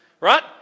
right